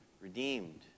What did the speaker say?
redeemed